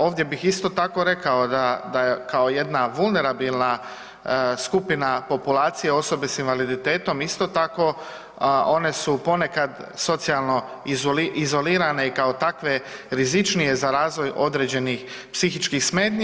Ovdje bih isto tako rekao da kao jedna vulnerabilna skupina populacije osobe s invaliditetom isto tako one su ponekad socijalno izolirane i kao takve rizičnije za razvoj određenih psihičkih smetnji.